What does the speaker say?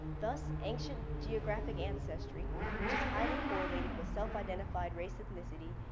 thus, ancient geographic ancestry which is highly correlated with self identified race ethnicity,